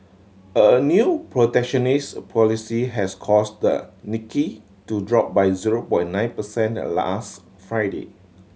a new protectionist policy has caused the Nikki to drop by zero point nine percent last Friday